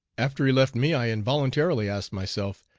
after he left me i involuntarily asked myself,